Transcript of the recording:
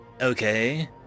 Okay